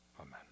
amen